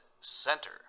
center